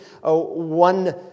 one